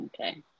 okay